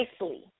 nicely